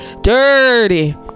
Dirty